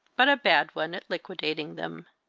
but a bad one at liquidating them.